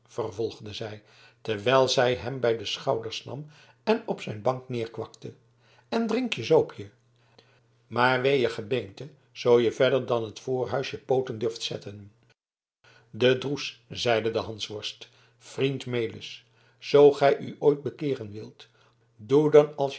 vervolgde zij terwijl zij hem bij de schouders nam en op zijn bank neerkwakte en drink je zoopje maar wee je gebeente zoo je verder dan het voorhuis je pooten durft zetten de droes zeide de hansworst vriend melis zoo gij u ooit bekeeren wilt doe dan